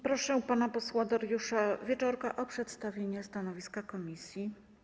Proszę pana posła Dariusza Wieczorka o przedstawienie stanowiska komisji.